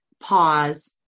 pause